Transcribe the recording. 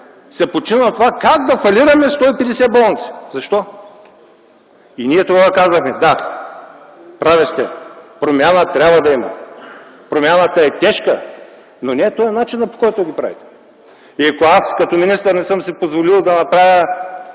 почива на това как да фалираме 150 болници. Защо? Ние тогава казахме: „Да, прави сте. Промяна трябва да има. Промяната е тежка, но не е този начинът, по който да го правите”. И ако аз като министър не съм си позволил да направя